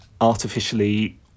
artificially